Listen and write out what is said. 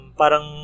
parang